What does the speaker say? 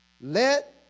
Let